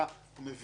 ומבינים,